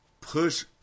push